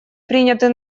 принятые